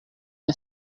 una